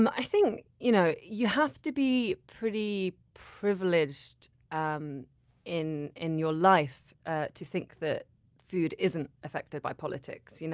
and you know you have to be pretty privileged um in in your life ah to think that food isn't affected by politics. you know